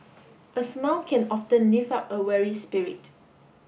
a smile can often lift up a weary spirit